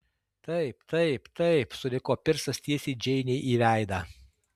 taip taip taip suriko pirsas tiesiai džeinei į veidą